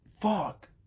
Fuck